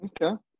okay